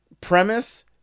premise